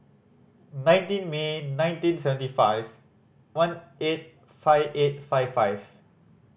nineteen May nineteen seventy five one eight five eight five five